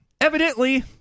Evidently